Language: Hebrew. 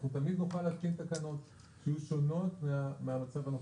אנחנו תמיד נוכל להתקין תקנות שיהיו שונות מהמצב הנוכחי.